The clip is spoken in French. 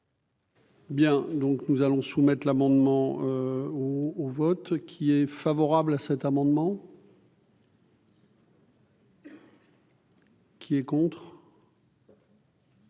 Bien, donc nous allons soumettre l'amendement au au vote qui est favorable à cet amendement. Qui s'abstient,